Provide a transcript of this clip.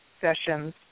sessions